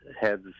heads